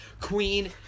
Queen